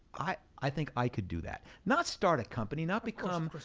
i i think i could do that. not start a company, not become,